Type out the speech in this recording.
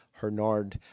Hernard